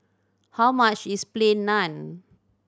how much is Plain Naan